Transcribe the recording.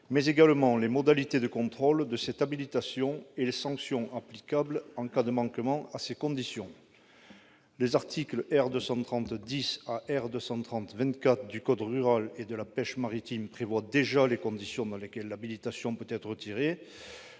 mais également les modalités de contrôle de cette habilitation et les sanctions applicables en cas de manquement à ses conditions. Les articles R. 230-10 à R. 230-24 du code rural et de la pêche maritime prévoient déjà les conditions dans lesquelles l'habilitation peut être retirée.